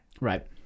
Right